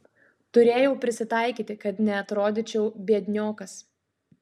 turėjau prisitaikyti kad neatrodyčiau biedniokas